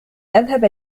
أذهب